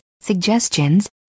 suggestions